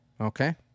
okay